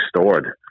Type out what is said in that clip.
stored